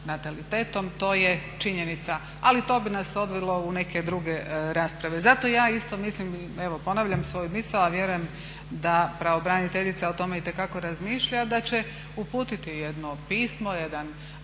natalitetom. To je činjenica, ali to bi nas odvelo u neke druge rasprave. Zato ja isto mislim, evo ponavljam svoju misao a vjerujem da pravobraniteljica o tome itekako razmišlja, da će uputiti jedno pismo, jedan